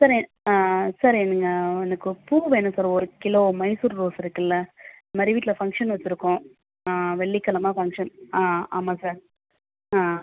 sir sir நீங்கள் எனக்கு பூ வேணும் சார் ஒரு கிலோ மைசூர் ரோஸ் இருக்குதுல்ல இந்த மாதிரி வீட்டில் ஃபங்க்ஷன் வெச்சிருக்கோம் வெள்ளிக்கெழமை ஃபங்க்ஷன் ஆ ஆமாம் சார் ஆ